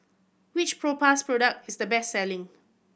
which Propass product is the best selling